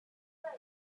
nine